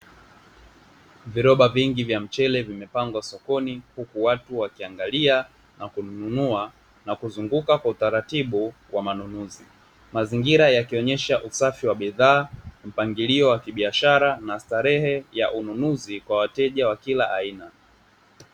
Viloba vingi vya mchele vepangwa sokoni huku watu wakiangalia na kununua na kuzunguka kwa utaratibu wa manunuzi, mazingira yakiomyesha usafi wa bidhaa, mpangilio wa kibiashara na starehe ya ununzi kwa wateja wa kila aina.